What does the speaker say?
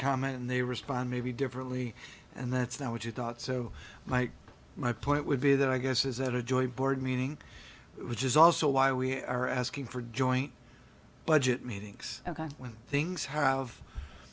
comment and they respond maybe differently and that's not what you thought so my my point would be that i guess is that a joint board meeting which is also why we are asking for joint budget meetings when things have